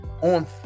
On